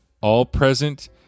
all-present